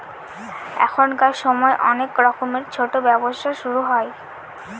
এখনকার সময় অনেক রকমের ছোটো ব্যবসা শুরু হয়